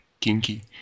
Kinky